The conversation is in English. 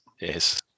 Yes